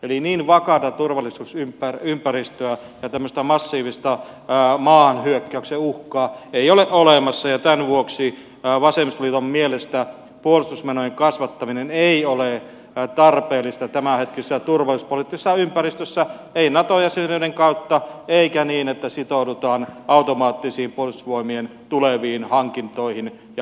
eli niin vakaata turvallisuus niinpä ympäristö ja tämmöistä massiivista maahyökkäyksen uhkaa ei ole olemassa ja tämän vuoksi vasemmistoliiton mielestä puolustusmenojen kasvattaminen ei ole tarpeellista tämänhetkisessä turvallisuuspoliittisessa ympäristössä ei nato jäsenyyden kautta eikä niin että sitoudutaan automaattisiin puolustusvoimien tuleviin hankintoihin ja indeksikorotuksiin